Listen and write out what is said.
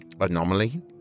anomaly